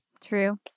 True